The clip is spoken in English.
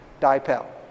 dipel